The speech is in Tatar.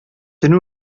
төн